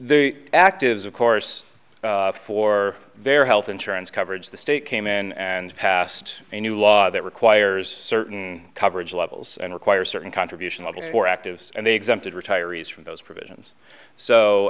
s of course for their health insurance coverage the state came in and passed a new law that requires certain coverage levels and require certain contributions for active and they exempted retirees from those provisions so